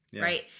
right